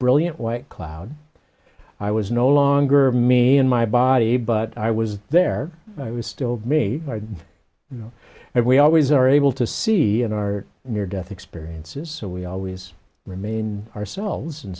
brilliant white cloud i was no longer me in my body but i was there i was still me you know and we always are able to see in our near death experiences so we always remain ourselves in